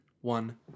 one